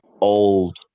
old